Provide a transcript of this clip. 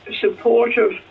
supportive